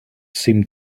seemed